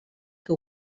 que